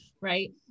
right